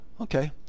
Okay